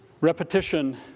repetition